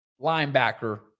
linebacker